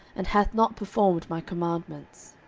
and hath not performed my commandments.